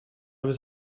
was